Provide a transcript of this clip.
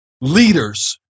Leaders